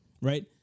Right